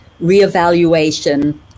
reevaluation